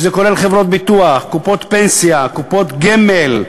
שזה כולל חברות ביטוח, קופות פנסיה, קופות גמל,